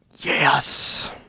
yes